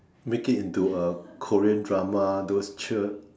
make it into a Korean drama those cher~